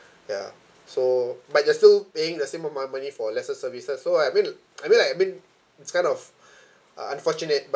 ya so but you are still paying the same amount money for lesser services so I mean I mean like I mean it's kind of uh unfortunate but